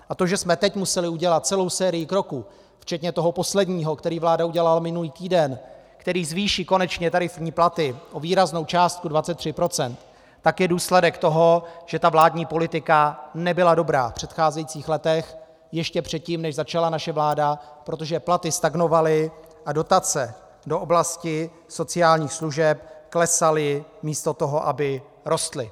A to, že jsme teď museli udělat celou sérii kroků včetně toho posledního, který vláda udělala minulý týden, který zvýší konečně tarifní platy o výraznou částku 23 %, je důsledek toho, že vládní politika nebyla dobrá v předcházejících letech, ještě předtím, než začala naše vláda, protože platy stagnovaly a dotace do oblasti sociálních služeb klesaly místo toho, aby rostly.